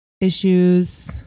issues